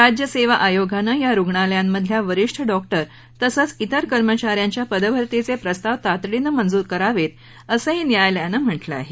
राज्य सेवा आयोगानं या रुग्णालयांमधल्या वरिष्ठ डॉक्टर तसंच इतर कर्मचाऱ्यांच्या पदभरतीचे प्रस्ताव तातडीनं मंजूर करावेत असंही न्यायालयानं म्हटलं आहे